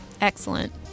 Excellent